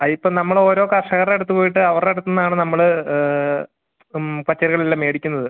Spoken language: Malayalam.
ആ ഇപ്പം നമ്മൾ ഓരോ കർഷകരുടെ അടുത്ത് പോയിട്ട് അവരുടെ അടുത്തു നിന്നാണ് നമ്മൾ പച്ചക്കറികളെല്ലാം മേടിക്കുന്നത്